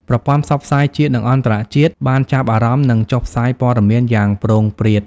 ប្រព័ន្ធផ្សព្វផ្សាយជាតិនិងអន្តរជាតិបានចាប់អារម្មណ៍និងចុះផ្សាយព័ត៌មានយ៉ាងព្រោងព្រាត។